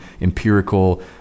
empirical